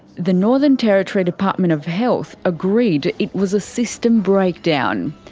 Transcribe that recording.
the northern territory department of health agreed it was a system breakdown.